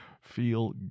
feel